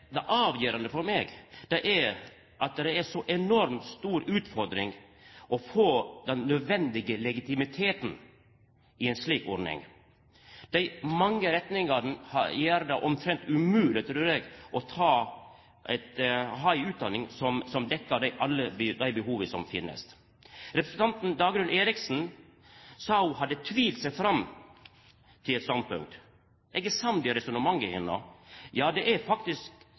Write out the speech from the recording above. at det er ei så enormt stor utfordring å få den nødvendige legitimiteten i ei slik ordning. Dei mange retningane gjer det omtrent umogleg, trur eg, å ha ei utdanning som dekkjer alle dei behova som finst. Representanten Dagrun Eriksen sa ho hadde tvilt seg fram til eit standpunkt. Eg er samd i resonnementet hennar. Ja, det er faktisk